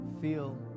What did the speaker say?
feel